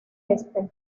este